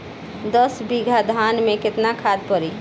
दस बिघा धान मे केतना खाद परी?